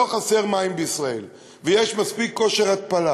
חסרים מים בישראל ויש מספיק כושר התפלה.